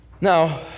Now